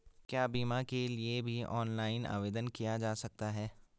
क्या बीमा के लिए भी ऑनलाइन आवेदन किया जा सकता है?